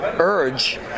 Urge